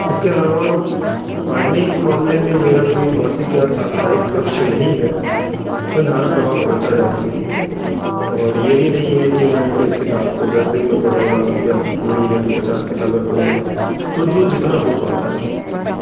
इसके अलावा पढ़ने के मामले में मेरा कोई मासिक या साप्ताहिक लक्ष्य नहीं है मैं धारा प्रवाह पढ़ता जाता हूँ और यह भी नही हैं की मैं इस किताब को दस दिन में पढूंगा या महीने में पचास किताबें पढूंगा तो जो जितना हो पाता है